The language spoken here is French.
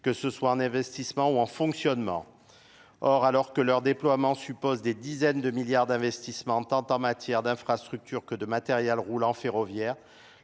que ce soit en investissement ou en fonctionnement or alors que leur déploiement suppose des dizaines de milliards d'investissements tant en matière d'infrastructures que de matériel roulant ferroviaire